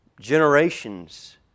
generations